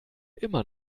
immer